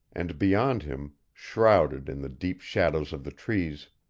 and beyond him, shrouded in the deep shadows of the trees,